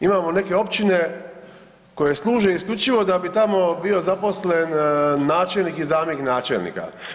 Imamo neke općine koje služe isključivo da bi tamo bio zaposlen načelnik i zamjenik načelnika.